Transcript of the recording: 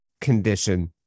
condition